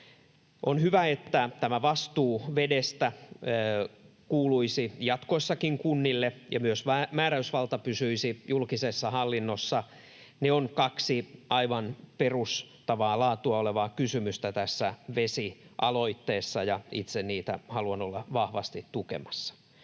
On hyvä, että tämä vastuu vedestä kuuluisi jatkossakin kunnille ja myös määräysvalta pysyisi julkisessa hallinnossa. Ne ovat kaksi aivan perustavaa laatua olevaa kysymystä tässä vesialoitteessa, ja itse niitä haluan olla vahvasti tukemassa.